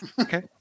Okay